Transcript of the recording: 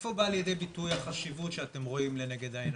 איפה בא לידי ביטוי החשיבות שאתם רואים לנגד העיניים?